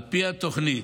על פי התוכנית,